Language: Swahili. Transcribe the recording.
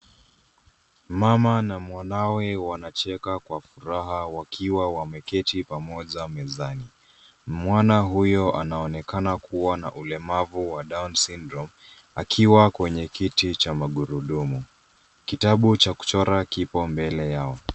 Mama na mwanawe wanacheka kwa furaha wakiwa wameketi pamoja mezani. Mwana huyu anaonekana kuwa na ulemavu wa down syndrome akiwa kwenye kiti cha magurudumu kitabu cha kuchora kipo mbele yao.